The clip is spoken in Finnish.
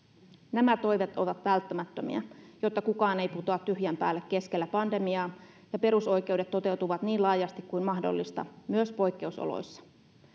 nämä toimet ovat välttämättömiä jotta kukaan ei putoa tyhjän päälle keskellä pandemiaa ja perusoikeudet toteutuvat niin laajasti kuin mahdollista myös poikkeusoloissa